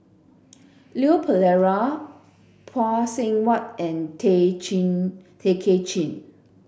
Leon Perera Phay Seng Whatt and Tay Chin Tay Kay Chin